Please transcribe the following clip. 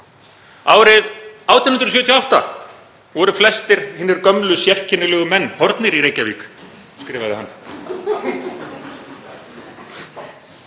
Árið „1878 voru flestir hinir gömlu sjerkennilegu menn horfnir í Reykjavík“, skrifaði hann.